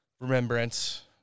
remembrance